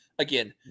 Again